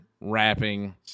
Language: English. rapping